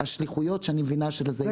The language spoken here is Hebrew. לנושא השליחויות שאני מבינה שלשם זה התכנסנו.